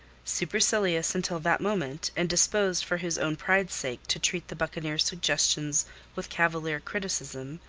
supercilious until that moment, and disposed for his own pride's sake to treat the buccaneer's suggestions with cavalier criticism,